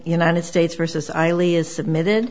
united states versus ighly is submitted